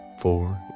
four